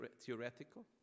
theoretical